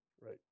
Right